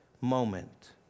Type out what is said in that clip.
moment